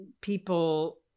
people